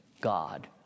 God